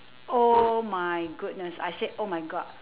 oh my goodness I said oh my god